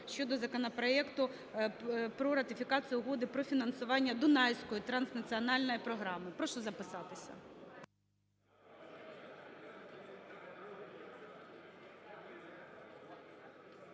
щодо законопроекту про ратифікацію Угоди про фінансування Дунайської транснаціональної програми. Прошу записатися.